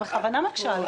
אני בכוונה מקשה עליך.